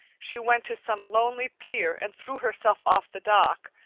she went to some lonely pier and threw herself off the dock,